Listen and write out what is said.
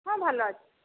ହଁ ଭଲ ଅଛି